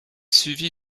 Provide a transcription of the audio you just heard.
suivi